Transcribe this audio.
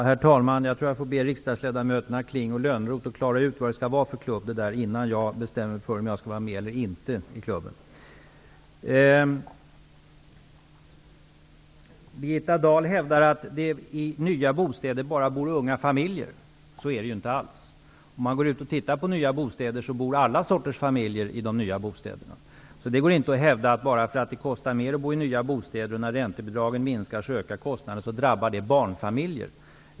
Herr talman! Jag tror att jag får be riksdagsledamöterna Kling och Lönnroth att klara ut vad det skall vara för klubb innan jag bestämmer mig för om jag skall vara med eller inte. Birgitta Dahl hävdar att det bara bor unga familjer i nya bostäder. Så är det inte alls. Om man går ut och tittar på nya bostäder kan man se att alla sorters familjer bor i de nya bostäderna. Det går inte att hävda att bara för att det kostar mer att bo i nya bostäder -- när räntebidragen minskar, ökar kostnaderna -- drabbar det barnfamiljer.